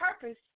purpose